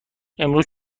امروز